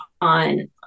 on